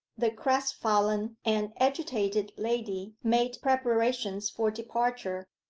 the crestfallen and agitated lady made preparations for departure,